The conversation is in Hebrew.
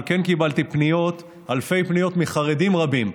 אבל כן קיבלתי אלפי פניות מחרדים רבים.